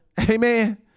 Amen